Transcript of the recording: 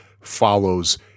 follows